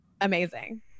amazing